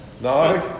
No